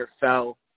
fell